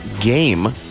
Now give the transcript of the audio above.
game